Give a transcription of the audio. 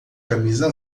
camisa